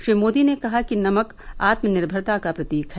श्री मोदी ने कहा कि नमक आत्मनिर्भरता का प्रतीक है